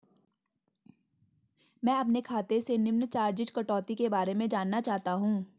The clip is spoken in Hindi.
मैं अपने खाते से निम्न चार्जिज़ कटौती के बारे में जानना चाहता हूँ?